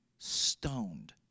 stoned